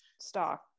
stock